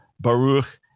Baruch